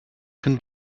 can